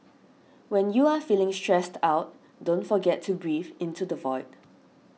when you are feeling stressed out don't forget to breathe into the void